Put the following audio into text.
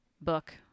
book